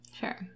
Sure